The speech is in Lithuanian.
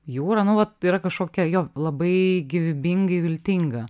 jūra nu vat yra kažkokia jo labai gyvybingai viltinga